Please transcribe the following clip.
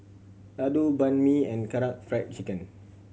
Ladoo Banh Mi and Karaage Fried Chicken